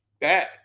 bad